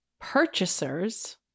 purchasers